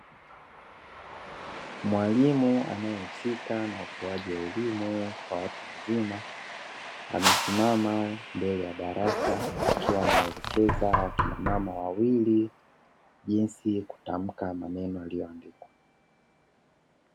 Mwalimu anayehusika na utoaji wa elimu kwa watu wazima amesimama mbele ya darasa akiwa naelekeza wakina mama wawili jinsi kutamka maneno yaliyoandikwa.